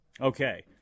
Okay